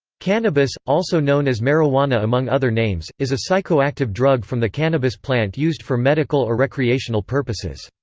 cannabis, also known as marijuana among other names, is a psychoactive drug from the cannabis plant used for medical or recreational purposes.